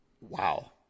Wow